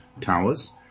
towers